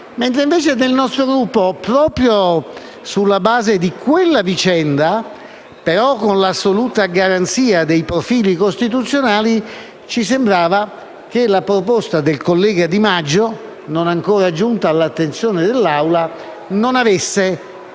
Invece, nel nostro Gruppo, proprio sulla base di quella vicenda, ma con l'assoluta garanzia dei profili costituzionali, ci sembrava che la proposta del collega Di Maggio, non ancora giunta all'attenzione dell'Assemblea, non presentasse